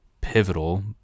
pivotal